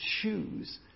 choose